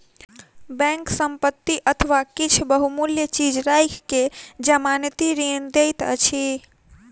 bank संपत्ति अथवा किछ बहुमूल्य चीज राइख के जमानती ऋण दैत अछि